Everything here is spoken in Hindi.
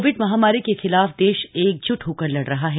कोविड महामारी के खिलाफ देश एकज्ट होकर लड़ रहा है